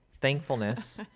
thankfulness